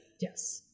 Yes